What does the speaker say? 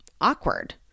awkward